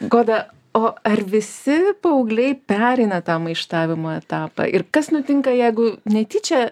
goda o ar visi paaugliai pereina tą maištavimo etapą ir kas nutinka jeigu netyčia